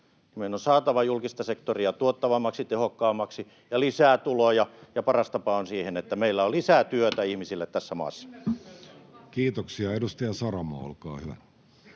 meidän on saatava julkista sektoria tuottavammaksi ja tehokkaammaksi ja lisää tuloja, ja paras tapa siihen on, että meillä on lisää työtä ihmisille tässä maassa. [Speech 54] Speaker: